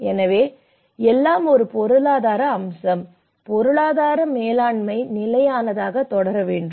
எனவே எல்லாம் ஒரு பொருளாதார அம்சம் பொருளாதார மேலாண்மை நிலையானதாக தொடர வேண்டும்